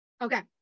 Okay